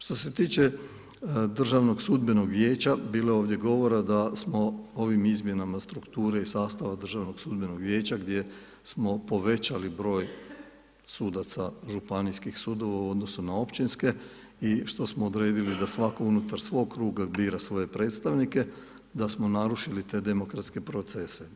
Što se tiče Državnog sudbenog vijeća bilo je ovdje govora da smo ovim izmjenama strukture i sastava državnog sudbenog vijeća gdje smo povećali broj sudaca županijskih sudova u odnosu na općinske i što smo odredili da svatko unutar svog kruga bira svoje predstavnike, da smo narušili te demokratske procese.